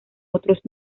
otros